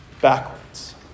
backwards